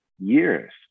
years